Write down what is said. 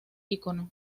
icono